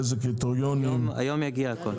איזה קריטריונים --- היום יגיע הכל.